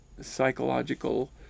psychological